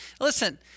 listen